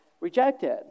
rejected